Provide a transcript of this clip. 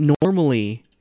normally